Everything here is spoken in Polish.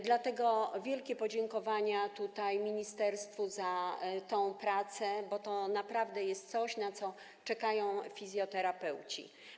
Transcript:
Dlatego wielkie podziękowania dla ministerstwa za tę pracę, bo to naprawdę jest coś, na co czekają fizjoterapeuci.